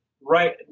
right